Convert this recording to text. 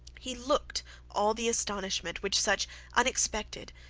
he looked all the astonishment which such unexpected,